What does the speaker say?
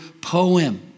poem